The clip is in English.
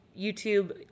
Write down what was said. YouTube